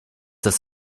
das